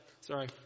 Sorry